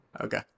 okay